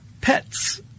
Pets